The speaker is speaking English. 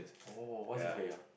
oh what's his pay ah